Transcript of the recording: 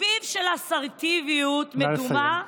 שביב של אסרטיביות מדומה?